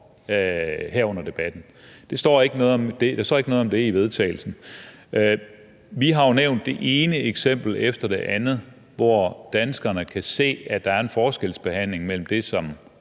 se behovet for. Der står ikke noget om det i forslaget til vedtagelse. Vi har jo nævnt det ene eksempel efter det andet, hvor danskerne kan se, at der er en forskelsbehandling i forhold til det, som